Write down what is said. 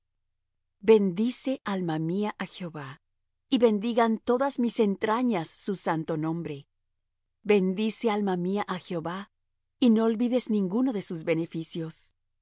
bendice alma mía á jehová y bendigan todas mis entrañas su santo nombre bendice alma mía á jehová y no olvides ninguno de sus beneficios